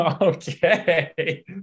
okay